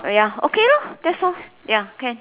ah ya okay lor that's all ya can